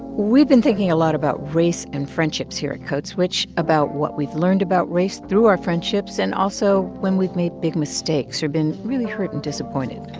we've been thinking a lot about race and friendships here at code switch about what we've learned about race through our friendships and also when we've made big mistakes or been really hurt and disappointed.